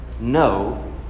no